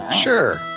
sure